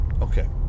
okay